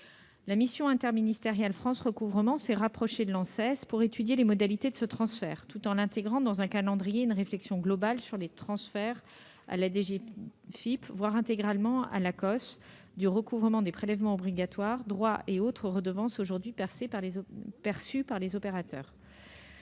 La mission interministérielle France Recouvrement s'est rapprochée de l'Anses pour étudier les modalités de ce transfert, tout en intégrant dans un calendrier une réflexion globale sur les transferts à la DGFiP, voire intégralement à l'Agence centrale des organismes de sécurité sociale (Acoss), du recouvrement des prélèvements obligatoires, droits et autres redevances aujourd'hui perçus par les opérateurs.